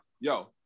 yo